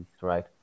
right